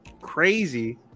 crazy